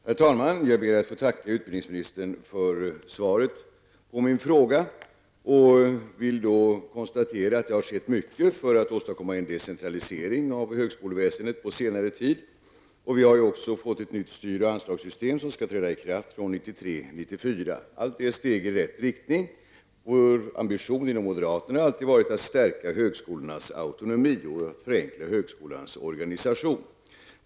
Herr talman! Jag ber att få tacka utbildningsministern för svaret på min fråga. Jag vill konstatera att det på senare tid har gjorts mycket för att åstadkomma en decentralisering av högskoleväsendet. Vi har också fått ett nytt styroch anslagssystem, som skall träda i kraft från 1993/94. Allt detta är steg i rätt riktning. Vår ambition inom moderata samlingspartiet har alltid varit att stärka högskolornas autonomi och förenkla högskolans organisation.